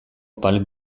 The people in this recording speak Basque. palm